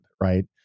right